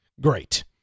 Great